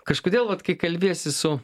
kažkodėl vat kai kalbiesi su